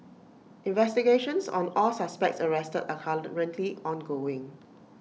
investigations on all suspects arrested are currently ongoing